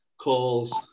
calls